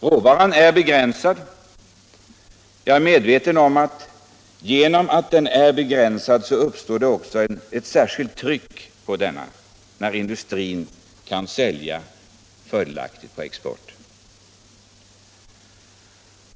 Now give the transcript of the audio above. Råvaran är begränsad. Jag har klart för mig att det, genom att den är begränsad, också uppstår ett särskilt tryck på råvaran när industrin kan sälja fördelaktigt på export.